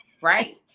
Right